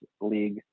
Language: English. league